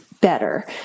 better